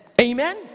Amen